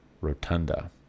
rotunda